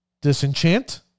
Disenchant